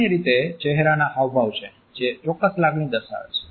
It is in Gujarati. સામાન્ય રીતે ચહેરાના હાવભાવ છે જે ચોક્કસ લાગણી દર્શાવે છે